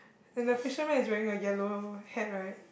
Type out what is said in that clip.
and the fisherman is wearing a yellow hat right